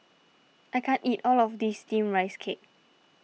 I can't eat all of this Steamed Rice Cake